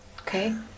okay